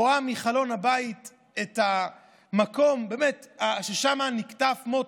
רואה מחלון הבית את המקום ששם נקטף מוטי.